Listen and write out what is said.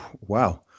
Wow